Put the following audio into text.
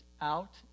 out